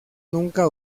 nunca